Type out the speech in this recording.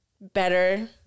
better